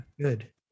good